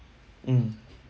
um